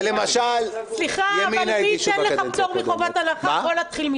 שלמשל ימינה הגישו בקדנציה הקודמת.